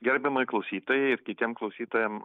gerbiamai klausytojai ir kitiem klausytojam